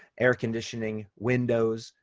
air conditioning, windows,